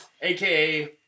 AKA